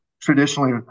traditionally